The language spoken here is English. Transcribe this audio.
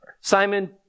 Simon